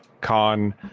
Con